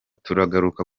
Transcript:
turagaruka